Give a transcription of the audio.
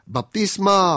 Baptisma